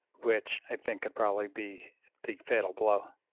which i think could probably be the fatal blow